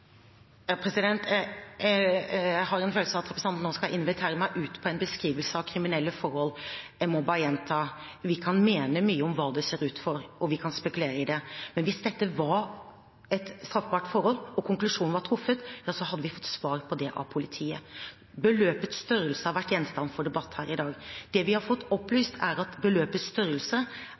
Jeg har en følelse av at representanten nå skal invitere meg ut på en beskrivelse av kriminelle forhold. Jeg må bare gjenta: Vi kan mene mye om hva det ser ut som, og vi kan spekulere i det, men hvis dette var et straffbart forhold og konklusjonen var trukket, hadde vi fått svar på det av politiet. Beløpets størrelse har vært gjenstand for debatt her i dag. Det vi har fått opplyst, er at beløpets størrelse